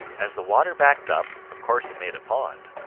as the water backed up, of course it made a pond.